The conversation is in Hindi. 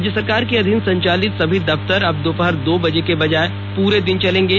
राज्य सरकार के अधीन संचालित सभी दफ्तर अब दोपहर दो बजे के बजाय पूरे दिन चलेंगे